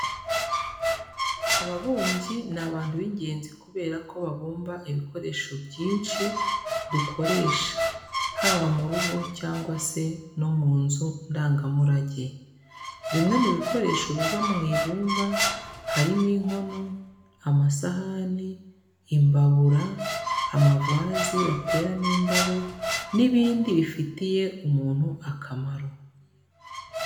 Ababumbyi ni abantu b'ingenzi kubera ko babumba ibikoresho byinshi dukoresha, haba mu rugo cyangwa se no mu nzu ndangamurage. Bimwe mu bikoresho biva mu ibumba harimo inkono, amasahani, imbabura, amavazi bateramo indabo n'ibindi bifitiye umuntu akamaro.